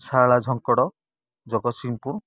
Sarala Jhankad Jagatsinghpur